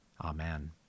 Amen